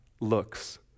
looks